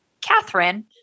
Catherine